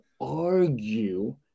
argue